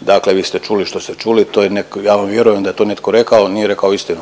Dakle vi ste čuli što ste čuli, to je netko, ja vam vjerujem da je to netko rekao ali nije rekao istinu.